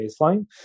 baseline